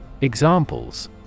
Examples